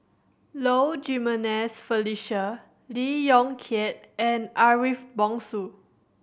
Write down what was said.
Low Jimenez Felicia Lee Yong Kiat and Ariff Bongso